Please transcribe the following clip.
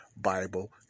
Bible